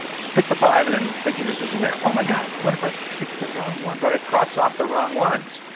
just pick the five and then make your decision there. oh my god! what if i pick the wrong ones? what if i cross off the wrong ones?